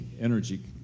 energy